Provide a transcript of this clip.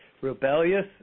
rebellious